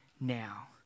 now